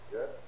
Yes